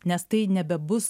nes tai nebebus